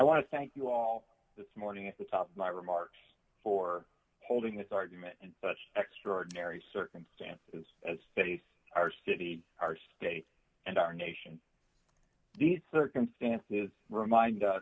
want to thank you all this morning at the top of my remarks for holding this argument in such extraordinary circumstances as face our city our state and our nation these circumstances remind